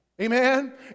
Amen